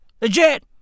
Legit